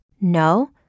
No